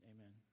Amen